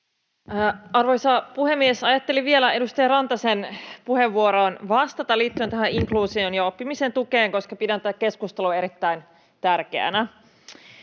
Arvoisa puhemies! Ajattelin vielä edustaja Rantasen puheenvuoroon vastata liittyen tähän inkluusioon ja oppimisen tukeen, koska pidän tätä keskustelua erittäin tärkeänä.